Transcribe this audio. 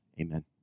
Amen